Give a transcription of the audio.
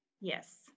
yes